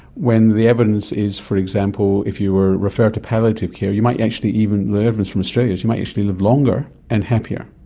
when the evidence is, for example if you were referred to palliative care you might actually even, the evidence from australia is you might actually live longer and happier.